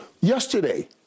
Yesterday